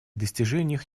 достижениях